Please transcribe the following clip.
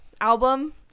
album